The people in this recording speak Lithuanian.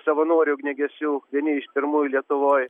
savanorių ugniagesių vieni iš pirmųjų lietuvoj